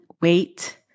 wait